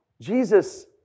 Jesus